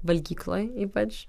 valgykloj ypač